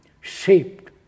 shaped